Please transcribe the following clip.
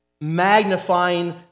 magnifying